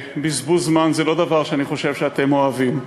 ובזבוז זמן זה לא דבר שאני חושב שאתם אוהבים.